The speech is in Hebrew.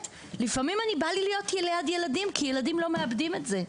לפעמים בא לי להיות ליד ילדים כי ילדים לא מאבדים את זה.